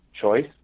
choice